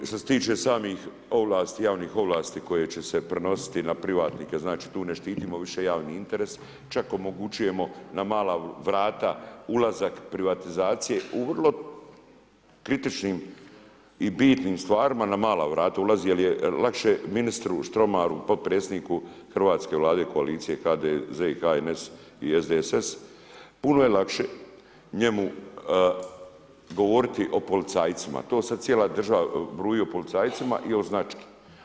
I što se tiče samih ovlasti, javnih ovlasti koje će se prenositi na privatnike, znači tu ne štitimo više javni interes, čak omogućujemo na mala vrata ulazak privatizacije u vrlo kritičnim i bitnim stvarima na mala vrata ulaz jer je lakše ministru Štromaru, potpredsjedniku hrvatske Vlade koalicije HDZ i HNS i SDSS, puno je lakše njemu govoriti o policajcima to sada cijela država bruji o policajcima i o znački.